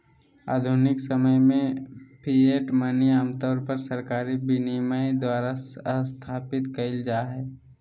आधुनिक समय में फिएट मनी आमतौर पर सरकारी विनियमन द्वारा स्थापित कइल जा हइ